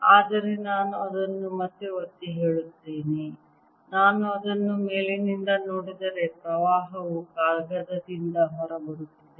ಆದರೆ ನಾನು ಅದನ್ನು ಮತ್ತೆ ಒತ್ತಿ ಹೇಳುತ್ತೇನೆ ನಾನು ಅದನ್ನು ಮೇಲಿನಿಂದ ನೋಡಿದರೆ ಪ್ರವಾಹವು ಕಾಗದದಿಂದ ಹೊರಬರುತ್ತಿದೆ